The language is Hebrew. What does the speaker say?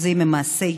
נעצרים.